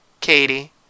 katie